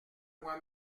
moi